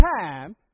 time